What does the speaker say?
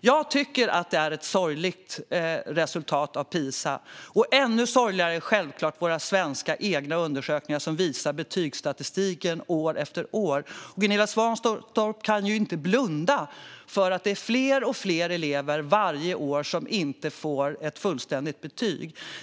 Jag tycker att det är ett sorgligt resultat av PISA, och ännu sorgligare är självfallet våra egna svenska undersökningar som visar betygsstatistiken år efter år. Gunilla Svantorp kan ju inte blunda för att det varje år blir fler elever som inte får ett fullständigt betyg.